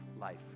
life